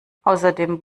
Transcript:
außerdem